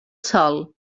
sol